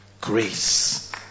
grace